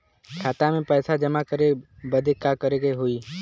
खाता मे पैसा जमा करे बदे का करे के होई?